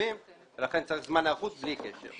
וגדולים ולכן צריך זמן היערכות בלי קשר,